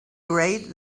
erased